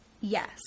yes